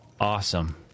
awesome